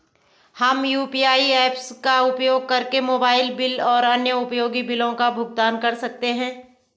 हम UPI apps का उपयोग करके मोबाइल बिल और अन्य उपयोगी बिलों का भुगतान कर सकते हैं